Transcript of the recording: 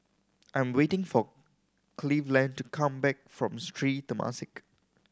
I am waiting for Cleveland to come back from Sri Temasek